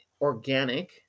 organic